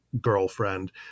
girlfriend